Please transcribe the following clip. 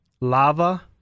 Lava